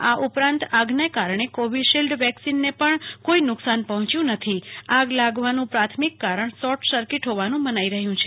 આ ઉપરાંત આગના કારણે કોવિશિલ્ડ વેક્સિનને પણ કોઈ નુકસાન પહોંચ્યું નથી આગ લાગવાનું પ્રાથમિક કારણ શોર્ટસર્કિટ હોવાનું મનાઈ રહ્યુ છે